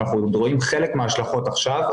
אנחנו רואים חלק מההשלכות עכשיו,